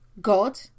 God